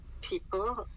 people